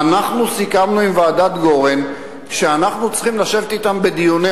אנחנו סיכמנו עם ועדת-גורן שאנחנו צריכים לשבת אתם בדיוני